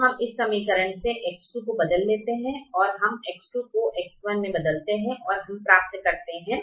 तो हम इस समीकरण से X2 को बदल देते हैं हम X2 को X1 में बदलते हैं और हम 3 X3 X4 प्राप्त करते हैं